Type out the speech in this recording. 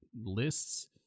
lists